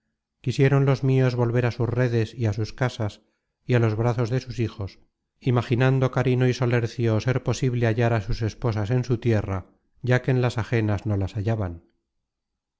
fortuna quisieron los mios volver á sus redes y á sus casas y á los brazos de sus hijos imaginando carino y solercio ser posible hallar á sus esposas en su tierra ya que en las ajenas no las hallaban